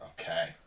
Okay